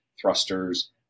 thrusters